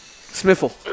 Smithville